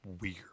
weird